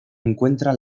encuentra